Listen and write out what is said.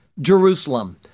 Jerusalem